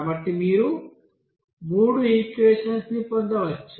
కాబట్టి మీరు మూడు ఈక్వెషన్స్ ని పొందవచ్చు